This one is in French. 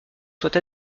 soient